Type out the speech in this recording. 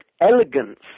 elegance